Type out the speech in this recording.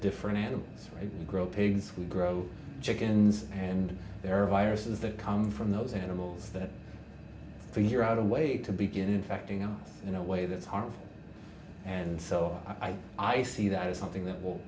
different animals and we grow pigs who grow chickens and there are viruses that come from those animals that figure out a way to begin infecting on earth in a way that is harmful and so i i see that as something that will